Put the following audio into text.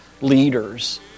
leaders